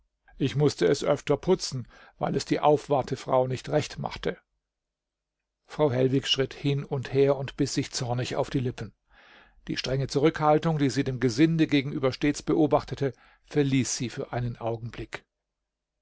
ich mußte es öfters putzen weil es die aufwartefrau nicht recht machte frau hellwig schritt hin und her und biß sich zornig auf die lippen die strenge zurückhaltung die sie dem gesinde gegenüber stets beobachtete verließ sie für einen augenblick